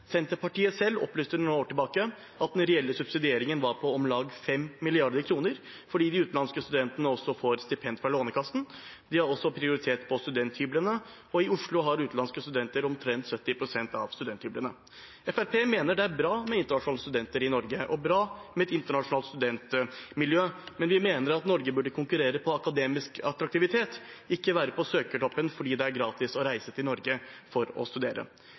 Senterpartiet opplyste selv for noen år tilbake at den reelle subsidieringen var på om lag 5 mrd. kr fordi de utenlandske studentene også får stipend fra Lånekassen. De har også prioritet på studenthybler, og i Oslo har utenlandske studenter omtrent 70 pst. av studenthyblene. Fremskrittspartiet mener det er bra med internasjonale studenter i Norge og bra med et internasjonalt studentmiljø, men vi mener at Norge bør konkurrere på akademisk attraktivitet, ikke være på søkertoppen fordi det er gratis å reise til Norge for å studere.